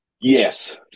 Yes